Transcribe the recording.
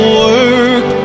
work